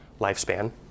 lifespan